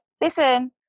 listen